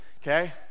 Okay